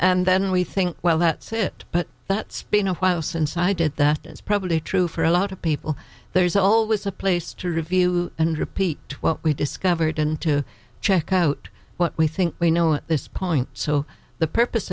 and then we think well that's it but that's been a while since i did that is probably true for a lot of people there's always a place to review and repeat well we discovered and to check out what we think we know at this point so the purpose